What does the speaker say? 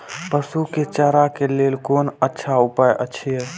पशु के चारा के लेल कोन अच्छा उपाय अछि?